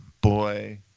Boy